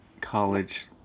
college